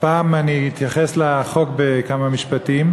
הפעם אני אתייחס לחוק בכמה משפטים.